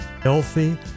healthy